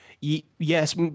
Yes